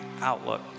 outlook